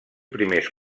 primers